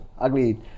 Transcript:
ugly